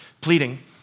pleading